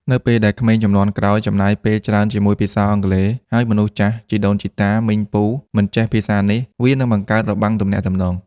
នៅពេលដែលក្មេងជំនាន់ក្រោយចំណាយពេលច្រើនជាមួយភាសាអង់គ្លេស ហើយមនុស្សចាស់ (ជីដូនជីតា មីង ពូ) មិនចេះភាសានេះ វានឹងបង្កើតរបាំងទំនាក់ទំនង។